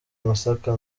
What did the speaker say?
masaka